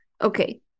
okay